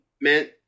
meant